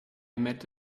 met